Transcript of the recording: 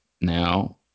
now